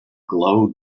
glow